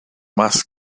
más